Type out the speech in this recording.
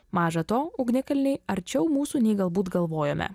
maža to ugnikalniai arčiau mūsų nei galbūt galvojome